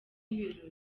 birori